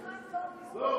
דב,